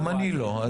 גם אני לא.